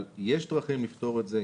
אבל יש דרכים לפתור את זה,